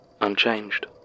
unchanged